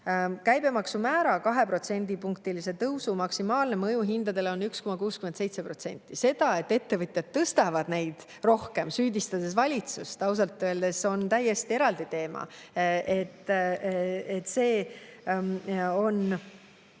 Käibemaksu määra 2-protsendipunktilise tõusu maksimaalne mõju hindadele on 1,67%. See, et ettevõtjad tõstavad neid rohkem, süüdistades valitsust, on ausalt öeldes täiesti eraldi teema. Ükskõik